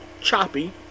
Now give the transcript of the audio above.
choppy